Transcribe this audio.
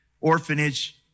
orphanage